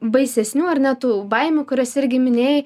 baisesnių ar ne tų baimių kurias irgi minėjai